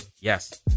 Yes